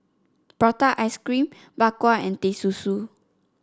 Prata Ice Cream Bak Kwa and Teh Susu